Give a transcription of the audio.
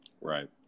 Right